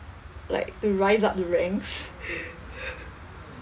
like to rise up the rank